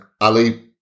Ali